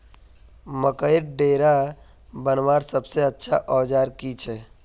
मकईर डेरा बनवार सबसे अच्छा औजार की छे?